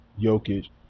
Jokic